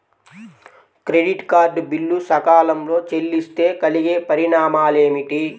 Credit card bill సకాలంలో చెల్లిస్తే కలిగే పరిణామాలేమిటి?